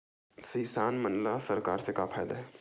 किसान मन ला सरकार से का फ़ायदा हे?